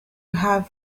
have